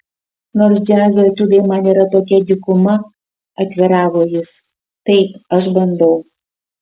nors džiazo etiudai man yra tokia dykuma atviravo jis taip aš bandau